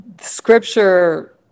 scripture